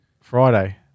Friday